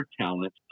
talent